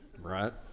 right